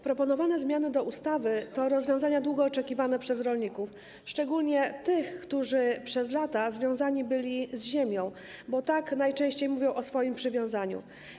Proponowane zmiany ustawy to rozwiązania długo oczekiwane przez rolników, szczególnie tych, którzy przez lata związani byli z ziemią, bo tak najczęściej mówią o swoim przywiązaniu.